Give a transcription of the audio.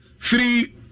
three